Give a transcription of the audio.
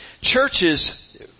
churches